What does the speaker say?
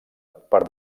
per